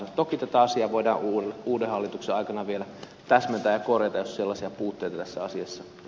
toki tätä asiaa voidaan uuden hallituksen aikana vielä täsmentää ja korjata jos sellaisia puutteita tässä asiassa on